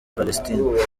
palestine